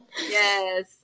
Yes